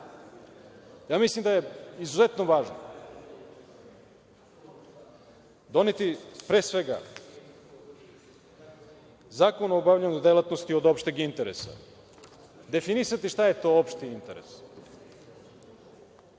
Mislim da je izuzetno važno doneti, pre svega, zakon o obavljanju delatnosti od opšteg interesa, definisati šta je to opšti interes. Govorili